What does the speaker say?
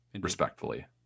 Respectfully